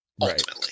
ultimately